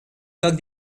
coque